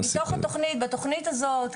בתכנית הזאת,